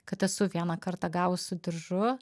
kad esu vieną kartą gavus su diržu